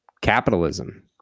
Capitalism